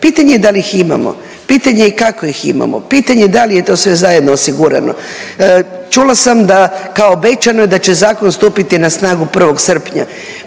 Pitanje je da li ih imamo. Pitanje kako ih imamo. Pitanje da li je to sve zajedno osigurano. Čula sam da, kao obećano je da će zakon stupiti na snagu 1. srpnja,